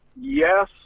Yes